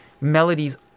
melodies